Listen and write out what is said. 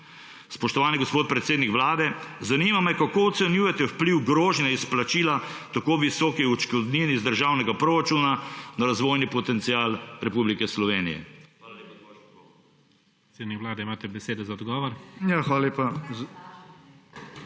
Spoštovani gospod predsednik Vlade, zanima me: Kako ocenjujete vpliv grožnje izplačila tako visokih odškodnin iz državnega proračuna na razvojni potencial Republike Slovenije? Hvala lepa za vaš